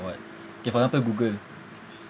what okay for example google